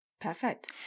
Perfect